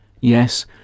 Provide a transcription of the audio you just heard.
Yes